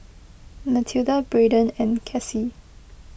Matilda Brayden and Cassie